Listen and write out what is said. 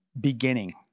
beginning